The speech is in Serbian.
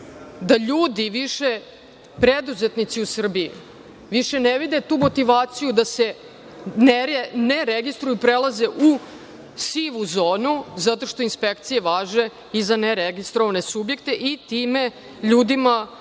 u stvari da preduzetnici u Srbiji više ne vide tu motivaciju da se ne registruju, prelaze u sivu zonu zato što inspekcije važe i za neregistrovane subjekte i time ljudima